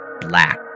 black